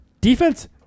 defense